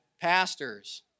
pastors